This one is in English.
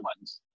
ones